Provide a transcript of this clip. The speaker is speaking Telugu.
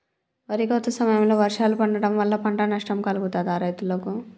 వరి కోత సమయంలో వర్షాలు పడటం వల్ల పంట నష్టం కలుగుతదా రైతులకు?